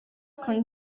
con